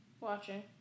watching